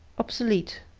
obsolete,